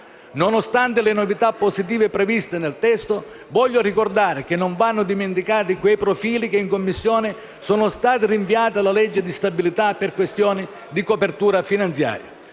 Nonostante le novità positive previste nel testo in esame, voglio ricordare che non vanno dimenticati quei profili che, in Commissione, sono stati rinviati alla legge di stabilità per questioni di copertura finanziaria.